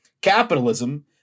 capitalism